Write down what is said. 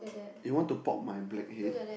you want to pop my blackhead